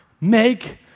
make